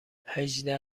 هجده